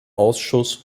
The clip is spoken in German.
ausschuss